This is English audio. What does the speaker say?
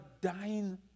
dying